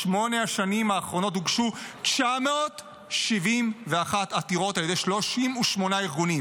בשמונה השנים האחרונות הוגשו 971 עתירות על ידי 38 ארגונים,